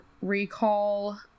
recall